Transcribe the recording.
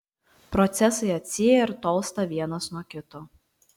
procesai atsyja ir tolsta vienas nuo kito